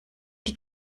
die